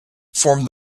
formed